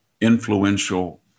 influential